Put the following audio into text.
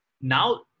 Now